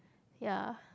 ya